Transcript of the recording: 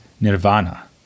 nirvana